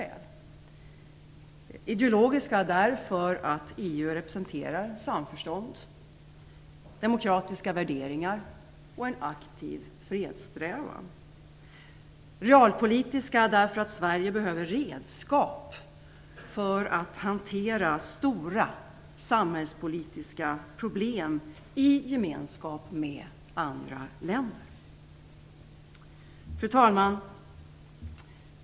Den beror på ideologiska skäl därför att EU representerar samförstånd, demokratiska värderingar och en aktiv fredssträvan, och på realpolitiska skäl därför att Sverige behöver redskap för att hantera stora samhällspolitiska problem i gemenskap med andra länder. Fru talman!